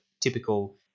typical